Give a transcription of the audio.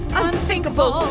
unthinkable